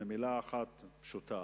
במלה אחת פשוטה,